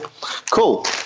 Cool